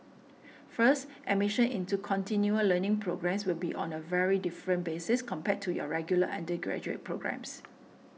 first admission into continual learning programmes will be on a very different basis compared to your regular undergraduate programmes